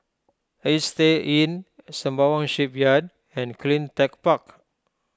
Istay Inn Sembawang Shipyard and CleanTech Park